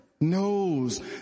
knows